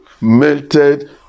melted